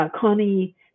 Connie